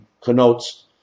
connotes